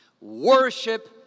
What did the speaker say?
Worship